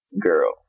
girl